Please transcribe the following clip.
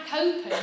open